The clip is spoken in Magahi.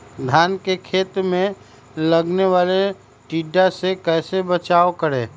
धान के खेत मे लगने वाले टिड्डा से कैसे बचाओ करें?